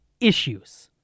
issues